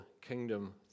kingdom